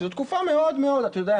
וזו תקופה מאוד מאוד אתה יודע,